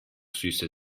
süße